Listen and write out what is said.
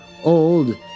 old